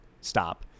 stop